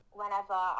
whenever